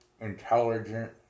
intelligent